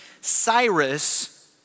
Cyrus